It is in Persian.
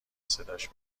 صداش